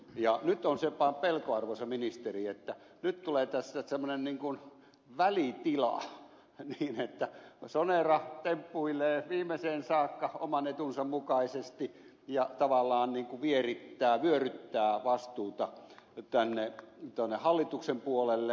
ja nyt on vaan se pelko arvoisa ministeri että nyt tulee tässä semmoinen niin kuin välitila niin että sonera temppuilee viimeiseen saakka oman etunsa mukaisesti ja tavallaan niin kuin vierittää vyöryttää vastuuta tuonne hallituksen puolelle